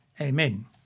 Amen